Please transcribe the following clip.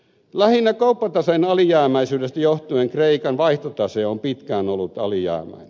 lähinnä kauppataseen alijäämäisyydestä johtuen kreikan vaihtotase on pitkään ollut alijäämäinen